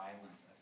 violence